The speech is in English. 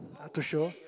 to show